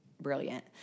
brilliant